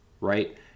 right